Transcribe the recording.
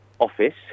office